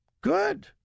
Good